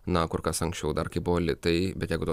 na kur kas anksčiau dar kai buvo litai bet jeigu to